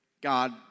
God